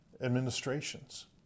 administrations